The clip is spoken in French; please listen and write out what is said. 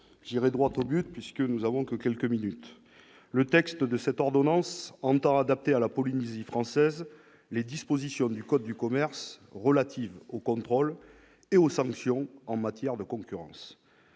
exprimer, nous ne disposons que de quelques minutes ... Le texte de cette ordonnance entend adapter à la Polynésie française les dispositions du code de commerce relatives aux contrôles et aux sanctions en matière de concurrence.